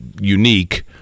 unique